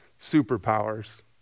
superpowers